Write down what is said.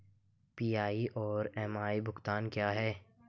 PI और MI भुगतान क्या हैं?